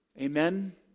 Amen